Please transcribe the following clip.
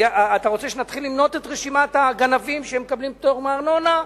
אתה רוצה שנתחיל למנות את רשימת הגנבים שמקבלים פטור מארנונה,